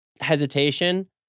hesitation